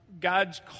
God's